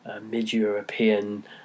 mid-European